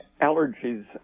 allergies